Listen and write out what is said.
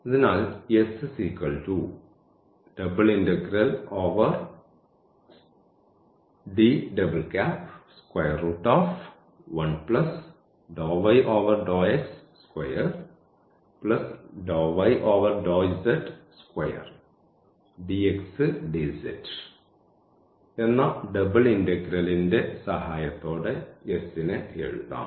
അതിനാൽ എന്ന ഡബിൾ ഇന്റഗ്രലിന്റെ സഹായത്തോടെ S നെ എഴുതാം